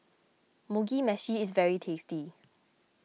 Mugi Meshi is very tasty